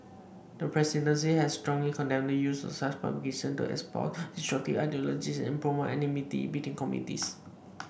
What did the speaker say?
the presidency has strongly condemned the use of such publications to espouse destructive ideologies and promote enmity between communities